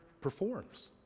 performs